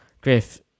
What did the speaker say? Griff